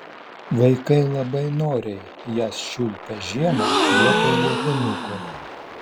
vaikai labai noriai jas čiulpia žiemą vietoj ledinukų